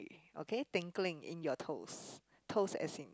okay tingling in your toes toes as in